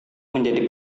menjadi